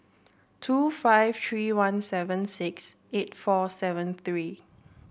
two five three one seven six eight four seven three